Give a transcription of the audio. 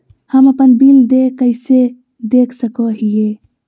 हम अपन बिल देय कैसे देख सको हियै?